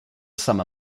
summer